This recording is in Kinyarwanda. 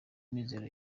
mizero